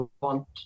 want